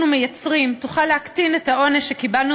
הכנסת, לקריאה